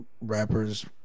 rappers